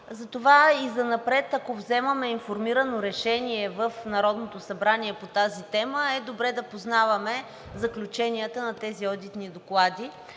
затова и занапред, ако вземаме информирано решение в Народното събрание по тази тема, е добре да познаваме заключенията на тези одитни доклади.